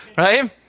right